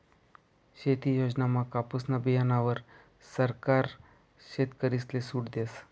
शेती योजनामा कापुसना बीयाणावर सरकार शेतकरीसले सूट देस